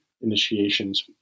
initiations